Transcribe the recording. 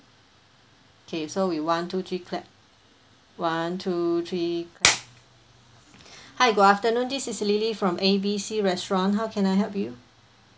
okay so we one two three clap one two three hi good afternoon this is lily from A B C restaurant how can I help you